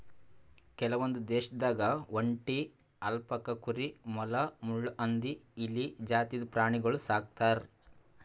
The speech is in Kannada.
ಕೆಲವೊಂದ್ ದೇಶದಾಗ್ ಒಂಟಿ, ಅಲ್ಪಕಾ ಕುರಿ, ಮೊಲ, ಮುಳ್ಳುಹಂದಿ, ಇಲಿ ಜಾತಿದ್ ಪ್ರಾಣಿಗೊಳ್ ಸಾಕ್ತರ್